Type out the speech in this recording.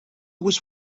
was